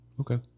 okay